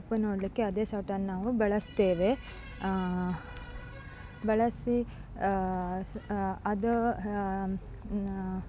ಉಪ್ಪು ನೋಡಲಿಕ್ಕೆ ಅದೇ ಸೌಟನ್ನು ನಾವು ಬಳಸ್ತೇವೆ ಬಳಸಿ ಸ ಅದು